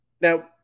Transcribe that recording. Now